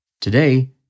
Today